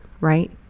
right